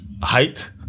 height